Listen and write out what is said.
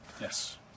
Yes